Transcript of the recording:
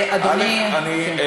אדוני א.